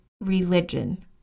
religion